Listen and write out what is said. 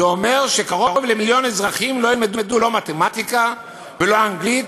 זה אומר שקרוב למיליון אזרחים לא ילמדו לא מתמטיקה ולא אנגלית,